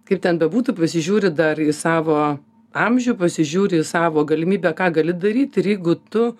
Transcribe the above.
kaip ten bebūtų pasižiūri dar į savo amžių pasižiūri į savo galimybę ką gali daryt ir jeigu tu